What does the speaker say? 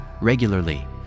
regularly